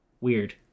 weird